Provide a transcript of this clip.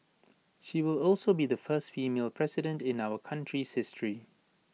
she will also be the first female president in our country's history